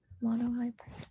Mono-hybrid